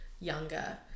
younger